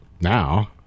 now